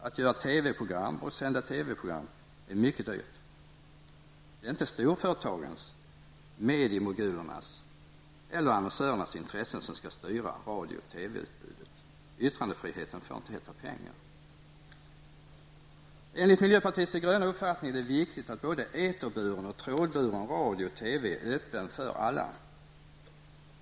Att göra TV-program och sända TV-program är mycket dyrt. Det är inte storföretagens, mediemogulernas eller annonsörernas intressen som skall styra radio och TV-utbudet. Yttrandefrihet får inte heta pengar. Enligt miljöpartiets de gröna uppfattning är det viktigt att både eterburen och trådburen radio och TV är öppna för alla.